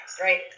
Right